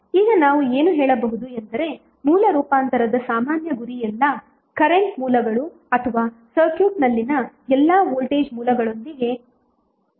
ಈಗ ನಾವು ಏನು ಹೇಳಬಹುದು ಎಂದರೆ ಮೂಲ ರೂಪಾಂತರದ ಸಾಮಾನ್ಯ ಗುರಿ ಎಲ್ಲಾ ಕರೆಂಟ್ ಮೂಲಗಳು ಅಥವಾ ಸರ್ಕ್ಯೂಟ್ನಲ್ಲಿನ ಎಲ್ಲಾ ವೋಲ್ಟೇಜ್ ಮೂಲಗಳೊಂದಿಗೆ ಕೊನೆಗೊಳ್ಳುವುದು